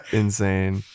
insane